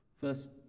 first